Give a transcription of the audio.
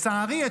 לצערי,